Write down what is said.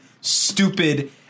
stupid